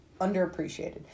underappreciated